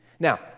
Now